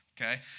Okay